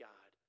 God